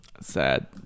Sad